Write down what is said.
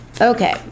Okay